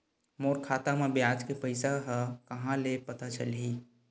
मोर खाता म ब्याज के पईसा ह कहां ले पता चलही?